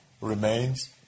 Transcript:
remains